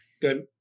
Good